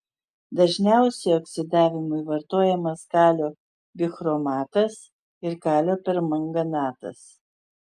dažniausiai oksidavimui vartojamas kalio bichromatas ir kalio permanganatas